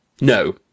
No